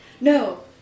No